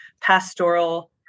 pastoral